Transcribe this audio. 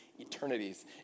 Eternities